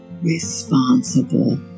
responsible